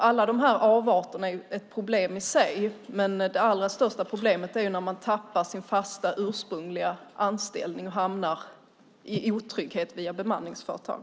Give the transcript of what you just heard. Alla dessa avarter är ett problem, men det allra största problemet är när man tappar sin fasta ursprungliga anställning och hamnar i otrygghet via bemanningsföretag.